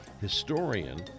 historian